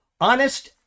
Honest